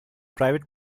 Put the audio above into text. private